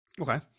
Okay